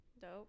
Dope